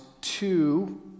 two